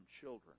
children